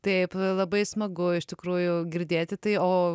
taip labai smagu iš tikrųjų girdėti tai o